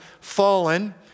fallen